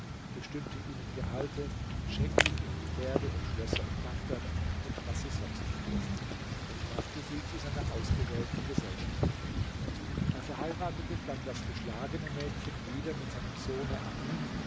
bestimmte ihnen gehalte schenkte ihnen pferde und schlösser in bagdad und was sie sonst bedurften und machte sie zu seiner ausgewählten gesellschaft er verheiratete dann das geschlagene mädchen wieder mit seinem sohne amin